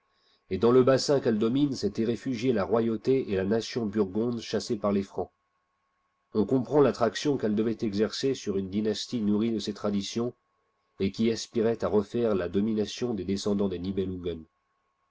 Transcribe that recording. et dans le bassin qu'elle domine s'étaient réfugiées la royauté et la nation burgondes chassées par les francs on comprend l'attraction qu'elle devait exercer sur une dynastie nourrie de ces traditions et qui aspirait à refaire la domination des descendants des